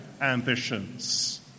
ambitions